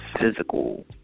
physical